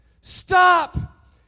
stop